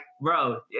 bro